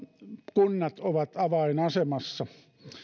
kunnat ovat avainasemassa